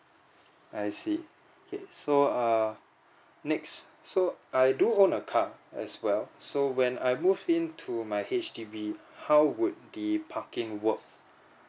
I see okay so err next so I do own a car as well so when I move in to my H_D_B how would the parking work